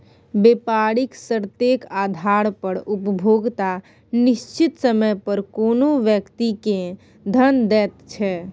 बेपारिक शर्तेक आधार पर उपभोक्ता निश्चित समय पर कोनो व्यक्ति केँ धन दैत छै